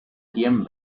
cien